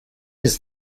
his